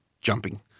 jumping